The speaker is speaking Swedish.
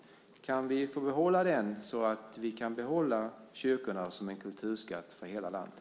Får vi behålla den så att vi kan behålla kyrkorna som en kulturskatt för hela landet?